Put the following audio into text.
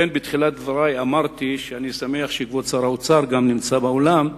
לכן אמרתי בתחילת דברי שאני שמח שכבוד שר האוצר נמצא באולם.